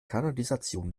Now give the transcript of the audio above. kanalisation